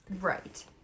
Right